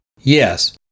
Yes